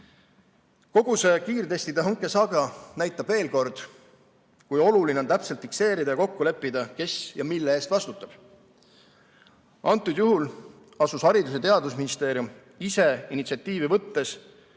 Kogu see kiirtestide hanke saaga näitab veel kord, kui oluline on täpselt fikseerida ja kokku leppida, kes ja mille eest vastutab. Antud juhul asus Haridus‑ ja Teadusministeerium ise initsiatiivi võttes